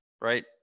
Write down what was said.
right